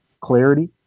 clarity